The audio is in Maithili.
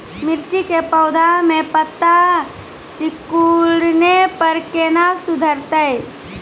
मिर्ची के पौघा मे पत्ता सिकुड़ने पर कैना सुधरतै?